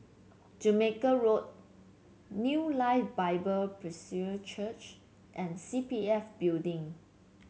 Jamaica Road New Life Bible Presbyterian Church and C P F Building